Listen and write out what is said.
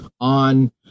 on